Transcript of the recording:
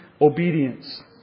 obedience